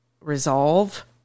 resolve